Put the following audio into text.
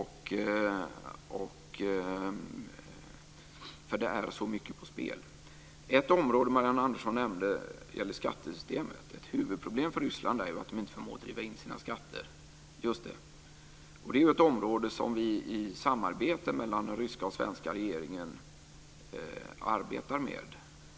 Det är så mycket på gång. Ett område som Marianne Andersson nämnde var skattesystemet. Ett huvudproblem för Ryssland är just att de inte förmår driva in sina skatter. Det är ett område som vi arbetar med i samarbete mellan den ryska och den svenska regeringen.